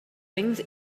wings